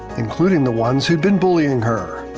including the ones who been bullying her.